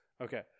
Okay